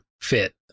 fit